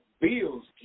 bills